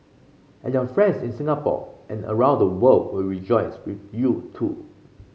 and your friends in Singapore and around the world will rejoice with you too